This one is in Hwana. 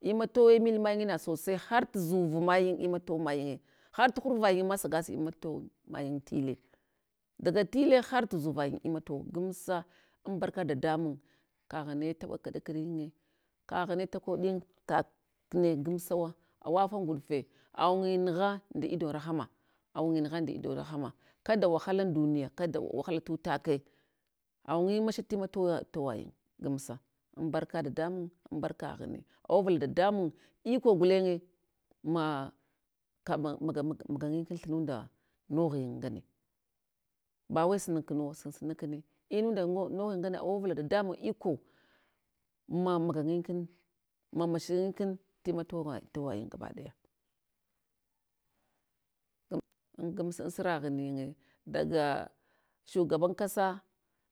Imatowe milmayin na sosai har tuzuv mayin imato mayinye, har tuhurvayin ma sagasa imatowa mayin tile, daga tile har tuzuvayin imatowe gamsa, ambarka dadamun kaghne tawa kaɗa kanine, kaghune takoɗin tak kune gamsawa, awafa nguɗfe, awin inyi nugha nda idon rahama, awin inyi nugha nda idon rahama. Kada wahala an duninya kada wahala tulake, anga wimasha tima towa towayin gamsa ambarka dadamu anbarka ghune awavula dadamun iko gulenye ma kaman maga maganyinkum thununda noghin ngane bawai sununkunwa sansuna kune, ununda naghin ngane awavula dadamun iko ma maganyinku, ma mashanyinkin tima jowa towayin gabadaya gamsa an suragh nigye, daga shugaba kasa,